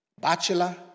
bachelor